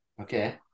Okay